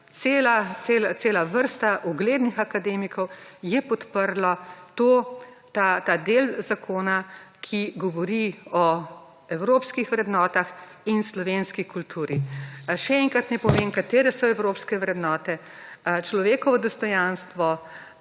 cel vrsta uglednih akademikov je podprlo ta del zakona, ki govori o evropskih vrednotah in slovenski kulturi. Še enkrat naj povem katere so evropske vrednote: človekovo dostojanstvo,